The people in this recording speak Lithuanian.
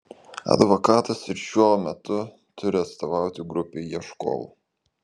advokatas ir šiuo metu turi atstovauti grupei ieškovų